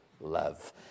love